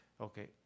Okay